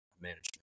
management